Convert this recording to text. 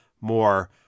more